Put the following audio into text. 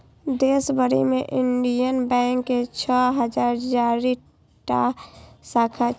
देश भरि मे इंडियन बैंक के छह हजार चारि टा शाखा छै